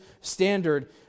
standard